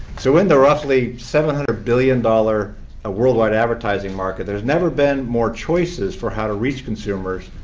so in the roughly seven hundred billion dollars ah worldwide advertising market, there's never been more choices for how to reach consumers.